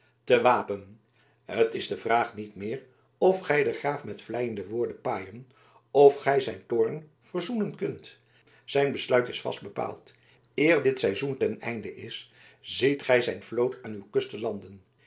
te wapen het is de vraag niet meer of gij den graaf met vleiende woorden paaien of gij zijn toorn verzoenen kunt zijn besluit is vast bepaald eer dit seizoen ten einde is ziet gij zijn vloot aan uw kusten landen